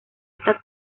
esta